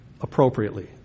Appropriately